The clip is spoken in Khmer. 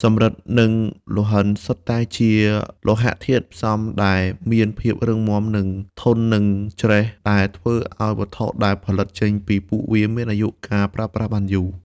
សំរឹទ្ធ និងលង្ហិនសុទ្ធតែជាលោហៈធាតុផ្សំដែលមានភាពរឹងមាំ និងធន់នឹងច្រេះ ដែលធ្វើឲ្យវត្ថុដែលផលិតចេញពីពួកវាមានអាយុកាលប្រើប្រាស់បានយូរ។